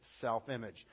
self-image